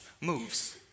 moves